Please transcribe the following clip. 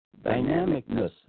dynamicness